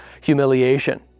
humiliation